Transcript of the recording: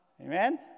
Amen